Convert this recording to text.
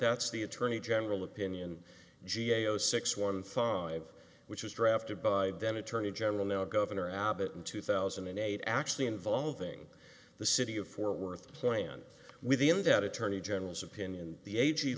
that's the attorney general opinion g a o six one five which was drafted by then attorney general now governor abbott in two thousand and eight actually involving the city of fort worth plan within that attorney general's opinion the a